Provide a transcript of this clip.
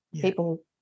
People